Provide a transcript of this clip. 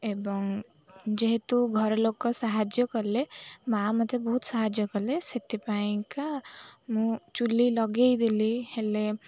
ଏବଂ ଯେହେତୁ ଘରଲୋକ ସାହାଯ୍ୟ କଲେ ମାଆ ମୋତେ ବହୁତ ସାହାଯ୍ୟ କଲେ ସେଥିପାଇଁକା ମୁଁ ଚୁଲି ଲଗାଇଦେଲି ହେଲେ